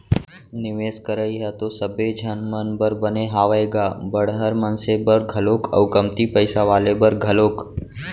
निवेस करई ह तो सबे झन मन बर बने हावय गा बड़हर मनसे बर घलोक अउ कमती पइसा वाले बर घलोक